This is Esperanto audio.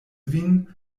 vin